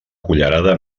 cullerada